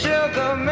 Sugar